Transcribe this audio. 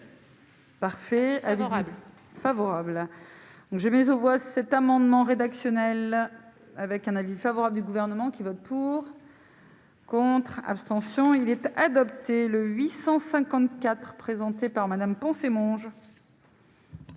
Parfait adorable favorable, donc j'ai mis aux voix, cet amendement rédactionnel, avec un indice favorable du gouvernement qui vote pour. Contre, abstention il est adopté, le 854 représentée par Madame penser Monge.